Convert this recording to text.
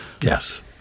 Yes